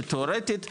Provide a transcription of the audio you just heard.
שתיאורטית,